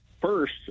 first